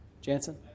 Jansen